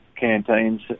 canteens